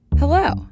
Hello